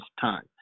time